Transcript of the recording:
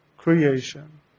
Creation